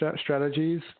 strategies